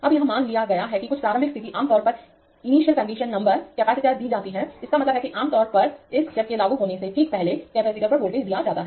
अबयह मान लिया गया है कि कुछ प्रारंभिक स्थिति आमतौर पर इनिशियल कंडीशन नंबर कपैसिटर दी जाती है इसका मतलब है कि आमतौर पर इस स्टेप के लागू होने से ठीक पहले कपैसिटर पर वोल्टेज दिया जाता है